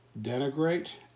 denigrate